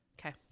Okay